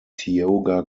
tioga